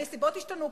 הנסיבות השתנו,